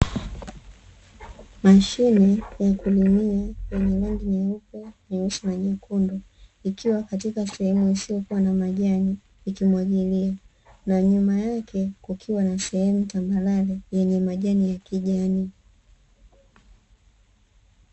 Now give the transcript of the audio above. Mashine ya kulimia yenye rangi nyeupe, nyeusi na nyekundu, ikiwa katika sehemu isiyokuwa na majani ikimwagilia. Na nyuma yake kukiwa na sehemu tambarare yenye majani ya kijani.